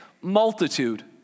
multitude